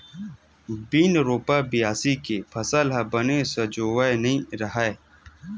बिन रोपा, बियासी के फसल ह बने सजोवय नइ रहय